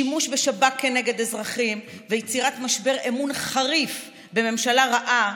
שימוש בשב"כ כנגד אזרחים ויצירת משבר אמון חריף בממשלה רעה,